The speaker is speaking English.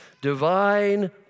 divine